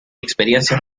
experiencias